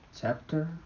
Chapter